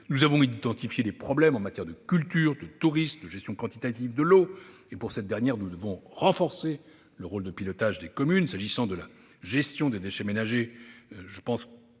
un certain nombre de problèmes en matière de culture, de tourisme, de gestion quantitative de l'eau ; pour cette dernière, nous devrons renforcer le rôle de pilotage des communes. J'en viens à la gestion des déchets ménagers. La mise en